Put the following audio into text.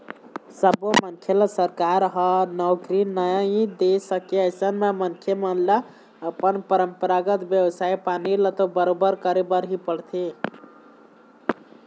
सब्बो मनखे ल सरकार ह नउकरी नइ दे सकय अइसन म मनखे मन ल अपन परपंरागत बेवसाय पानी ल तो बरोबर करे बर ही परथे